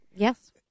Yes